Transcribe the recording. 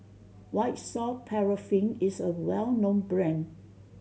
White Soft Paraffin is a well known brand